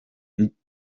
ndirimbo